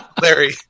Larry